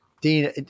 dean